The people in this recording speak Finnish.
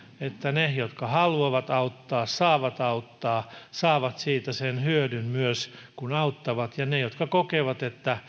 ne jotka haluavat auttaa saavat auttaa ja saavat siitä sen hyödyn myös kun auttavat ja niiden jotka kokevat että